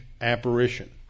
apparition